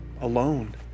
alone